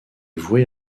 vouée